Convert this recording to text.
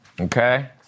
Okay